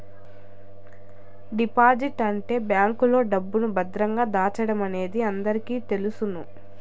deposit అంటే బ్యాంకులో డబ్బును భద్రంగా దాచడమనేది అందరికీ తెలుసును